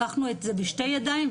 לקחנו את זה בשתי ידיים,